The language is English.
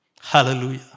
Hallelujah